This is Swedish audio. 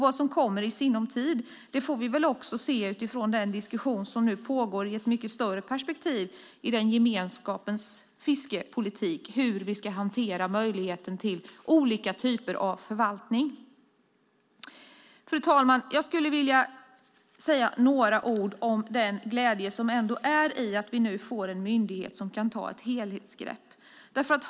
Vad som kommer i sinom tid får vi se utifrån den diskussion om hur vi ska hantera möjligheten till olika typer av förvaltning som pågår i ett större perspektiv i gemenskapens fiskepolitik. Fru talman! Det är glädjande att vi får en myndighet som kan ta ett helhetsgrepp.